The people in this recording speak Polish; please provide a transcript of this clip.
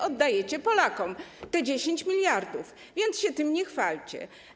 Oddajecie Polakom te 10 mld, więc się tym nie chwalcie.